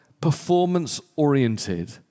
performance-oriented